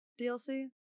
DLC